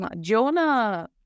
Jonah